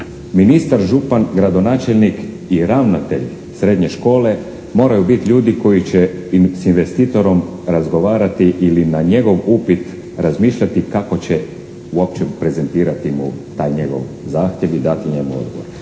Ministar, župan, gradonačelnik i ravnatelj srednje škole moraju biti ljudi koji će s investitorom razgovarati ili na njegov upit razmišljati kako će uopće prezentirati mu taj njegov zahtjev i dati njemu odgovor.